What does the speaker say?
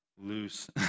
loose